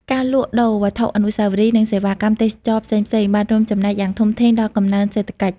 ការលក់ដូរវត្ថុអនុស្សាវរីយ៍ និងសេវាកម្មទេសចរណ៍ផ្សេងៗ បានរួមចំណែកយ៉ាងធំធេងដល់កំណើនសេដ្ឋកិច្ច។